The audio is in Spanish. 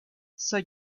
soy